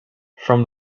from